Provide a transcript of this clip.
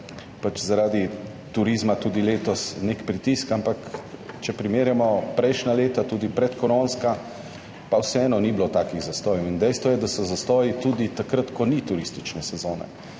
pač zaradi turizma tudi letos nek pritisk, ampak če primerjamo prejšnja leta, tudi predkoronska, vseeno ni bilo takih zastojev. In dejstvo je, da so zastoji tudi takrat, ko ni turistične sezone.